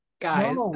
Guys